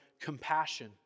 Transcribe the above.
Compassion